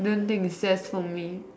don't think it's just for me